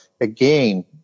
again